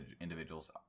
individuals